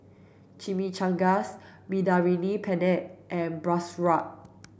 Chimichangas Mediterranean Penne and Bratwurst